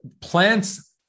Plants